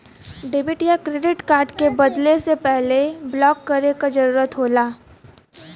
debit या credit card के बदले से पहले ब्लॉक करे क जरुरत होला